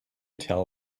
tell